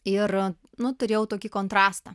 ir nu turėjau tokį kontrastą